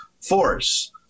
force